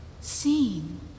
seeing